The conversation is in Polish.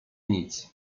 nic